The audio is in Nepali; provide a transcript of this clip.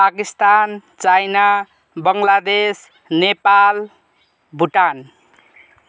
पाकिस्तान चाइना बङ्गलादेश नेपाल भुटान